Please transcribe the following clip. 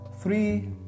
three